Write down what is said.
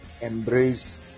embrace